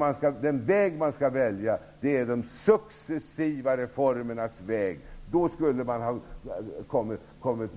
Om man hade valt de successiva reformernas väg hade man kommit